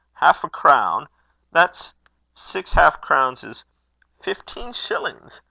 half-a-crown! that's six half-crowns is fifteen shillings.